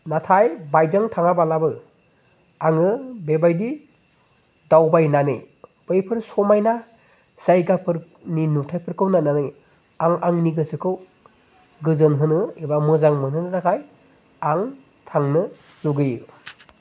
नाथाय बाइकजों थाङाब्लाबो आङो बेबायदि दावबायनानै बैफोर समायना जायगाफोरनि नुथायफोरखौ नायनानै आं आंनि गोसोखौ गोजोन होनो एबा मोजां मोनहोनो थाखाय आं थांनो लुगैयो